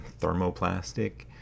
thermoplastic